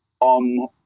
on